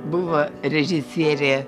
buvo režisierė